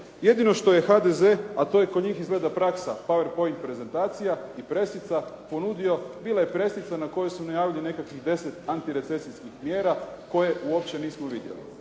Jedino što je HDZ, a to je kod njih izgleda praksa Powerpoint prezentacija i pressica ponudio, bila je pressica na kojoj su najavili nekakvih 10 antirecesijskih mjera koje uopće nismo vidjeli.